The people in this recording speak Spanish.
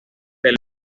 del